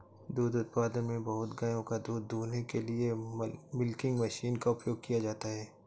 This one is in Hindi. दुग्ध उत्पादन में बहुत गायों का दूध दूहने के लिए मिल्किंग मशीन का उपयोग किया जाता है